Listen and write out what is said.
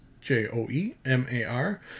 J-O-E-M-A-R